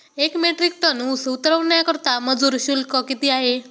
एक metric ton ऊस उतरवण्याकरता मजूर शुल्क किती आहे?